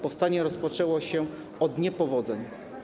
Powstanie rozpoczęło się od niepowodzeń.